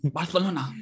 Barcelona